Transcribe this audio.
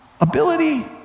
ability